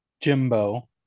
jimbo